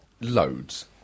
loads